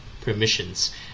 permissions